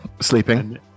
Sleeping